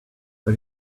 but